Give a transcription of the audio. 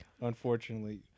unfortunately